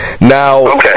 Now